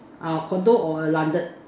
uh condo or landed